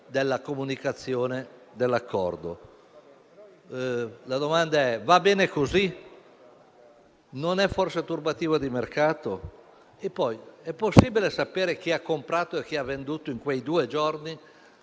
della comunicazione dell'accordo. La domanda è: va bene così? Non è, forse, turbativa di mercato? È poi possibile sapere chi ha comprato e chi ha venduto in quei due giorni,